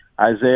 Isaiah